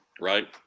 Right